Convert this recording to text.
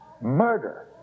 murder